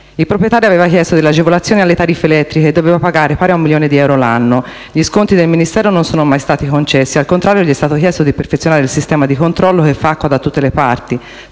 Il proprietario aveva chiesto delle agevolazioni alle tariffe elettriche che doveva pagare, pari a un milione di euro l'anno. Gli sconti del Ministero non sono mai stati concessi. Al contrario, gli è stato chiesto di perfezionare il sistema di controllo, che fa acqua da tutte le parti,